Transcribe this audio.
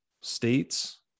states